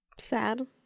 sad